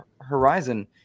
Horizon